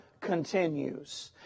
continues